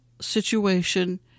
situation